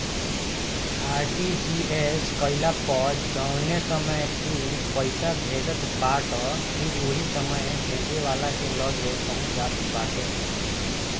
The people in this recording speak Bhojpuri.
आर.टी.जी.एस कईला पअ जवने समय तू पईसा भेजत बाटअ उ ओही समय भेजे वाला के लगे पहुंच जात बाटे